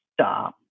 stop